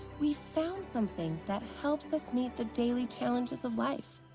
we found something that helps us meet the daily challenges of life,